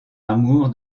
amour